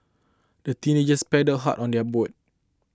the teenagers paddled hard on their boat